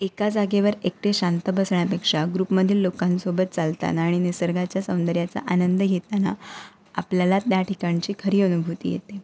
एका जागेवर एकटे शांत बसण्यापेक्षा ग्रुपमधील लोकांसोबत चालताना आणि निसर्गाच्या सौंदर्याचा आनंद घेताना आपल्याला त्या ठिकाणची खरी अनुभूती येते